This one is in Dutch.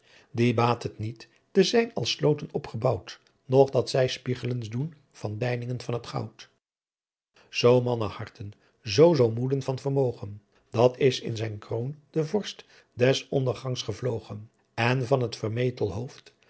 dien baat het niet te zijn als sloten opgebouwt nocht dat zy spieglen doen de dijningen van t goudt zoo mannen harten zoo zoo moeden van vermogen dat's in zijn kroon den vorst des onderganghs gevlogen en van t vermetel